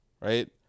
right